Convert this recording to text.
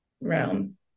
realm